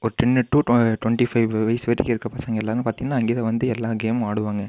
ஒரு ten to twenty five வயசு வரைக்கும் இருக்கிற பசங்க எல்லாரும் வந்து பார்த்திங்கன்னா அங்கே தான் வந்து எல்லா கேமும் ஆடுவாங்க